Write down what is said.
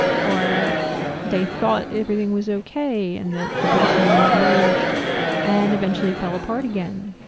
or they thought everything was okay and that the person was merged and eventually fell apart again.